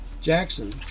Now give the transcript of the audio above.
Jackson